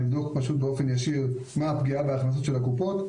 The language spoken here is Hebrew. נבדוק פשוט באופן ישיר מה הפגיעה בהכנסות של הקופות,